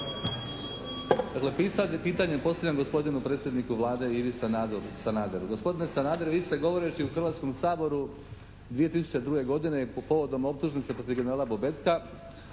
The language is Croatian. Pitanje postavljam gospodinu predsjedniku Vlade, Ivi Sanaderu. Gospodine Sanader. Vi ste govoreći u Hrvatskome saboru 2002. godine povodom optužnice protiv generala Bobetka